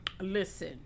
listen